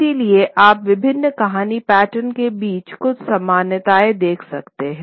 इसलिए आप विभिन्न कहानी पैटर्न के बीच कुछ समानताएं देख सकते हैं